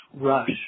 Rush